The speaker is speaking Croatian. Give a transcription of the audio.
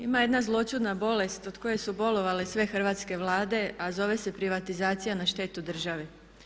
Ima jedna zloćudna bolest od koje su bolovale sve hrvatske Vlade a zove se privatizacija na štetu države.